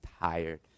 tired